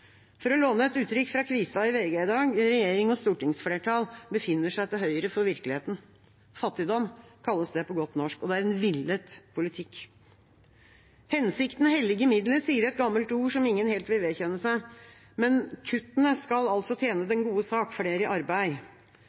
For å låne et uttrykk fra Kvistad i VG: Regjering og stortingsflertall befinner seg «til høyre for virkeligheten». Fattigdom, kalles det på godt norsk, og det er en villet politikk. Hensikten helliger midlet, sier et gammelt ord som ingen helt vil vedkjenne seg. Men kuttene skal altså tjene den gode sak – flere i arbeid.